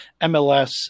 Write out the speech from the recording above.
MLS